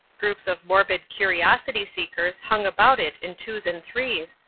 groups of morbid curiosity-seekers hung about it in twos and threes,